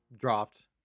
dropped